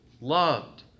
loved